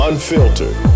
unfiltered